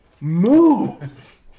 Move